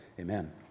amen